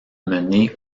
menée